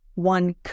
One